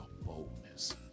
boldness